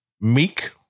Meek